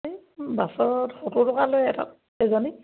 এই বাছত সত্তৰ টকা লয় এটাত এজনীত